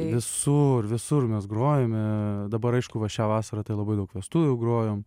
visur visur mes grojame dabar aišku va šią vasarą tai labai daug vestuvių grojom